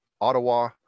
Ottawa